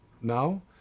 now